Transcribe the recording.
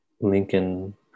Lincoln